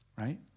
right